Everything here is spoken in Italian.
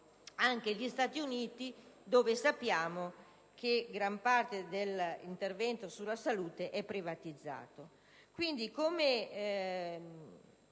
anche gli Stati Uniti, dove sappiamo che gran parte dell'intervento sulla salute è privatizzato. Come